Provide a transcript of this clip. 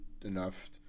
enough